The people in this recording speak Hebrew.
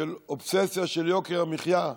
של אובססיה של יוקר המחיה,